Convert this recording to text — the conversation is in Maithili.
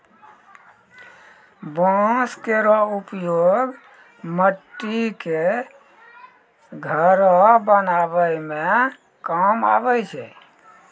बांस केरो उपयोग मट्टी क घरो बनावै म काम आवै छै